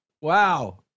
wow